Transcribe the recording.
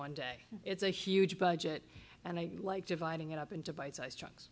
one day it's a huge budget and i like dividing it up into bite sized chunks